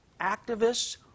activists